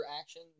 action